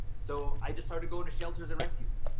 so i just started going to shelters and rescues.